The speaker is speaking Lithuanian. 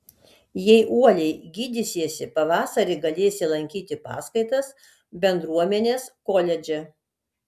jei uoliai gydysiesi pavasarį galėsi lankyti paskaitas bendruomenės koledže